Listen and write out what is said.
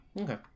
Okay